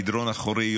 למדרון אחורי,